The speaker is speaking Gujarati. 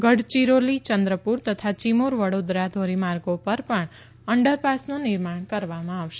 ગઢ ચિરોલી ચંદ્રપુર તથા ચિમુર વડોદરા ધોરીમાર્ગો પર પણ અંડરપાસનું નિર્માણ કરવામાં આવશે